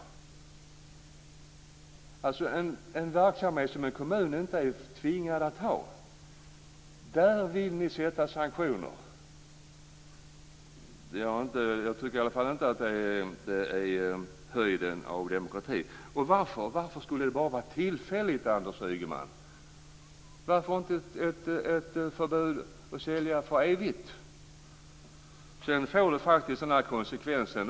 Ni vill alltså sätta in sanktioner för en verksamhet som en kommun inte är tvingad att ha. Jag tycker i alla fall inte att det är höjden av demokrati. Varför skulle detta bara vara tillfälligt, Anders Ygeman? Varför skall det inte för evigt vara ett förbud mot att sälja? Fru talman! Detta får faktiskt också konsekvenser.